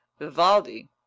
vivaldi